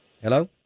Hello